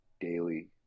daily